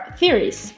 theories